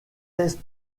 est